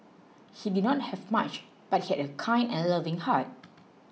he did not have much but he had a kind and loving heart